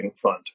fund